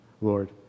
Lord